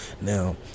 Now